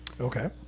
Okay